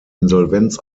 insolvenz